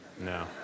No